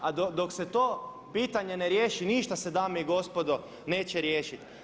A dok se to pitanje ne riješi ništa se dame i gospodo neće riješiti.